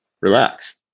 relax